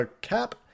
cap